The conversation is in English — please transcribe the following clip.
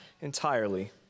entirely